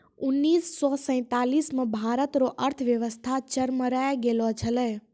उनैस से सैंतालीस मे भारत रो अर्थव्यवस्था चरमरै गेलो छेलै